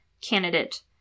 candidate